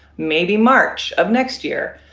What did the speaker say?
maybe march of next year.